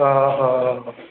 औ औ